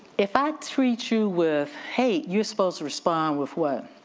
if i treat you with hate, you're supposed to respond with what?